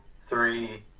three